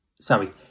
sorry